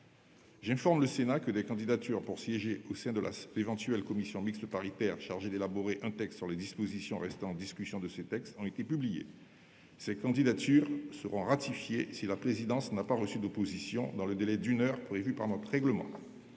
J'informe le Sénat que des candidatures pour siéger au sein de l'éventuelle commission mixte paritaire chargée d'élaborer un texte sur les dispositions restant en discussion de ce projet de loi ont été publiées. Ces candidatures seront ratifiées si la présidence n'a pas reçu d'opposition dans le délai d'une heure prévu par notre règlement.